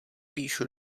píšu